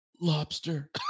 lobster